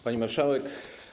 Pani Marszałek!